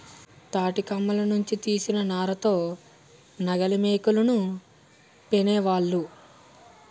తాటికమ్మల నుంచి తీసిన నార తో నాగలిమోకులను పేనేవాళ్ళు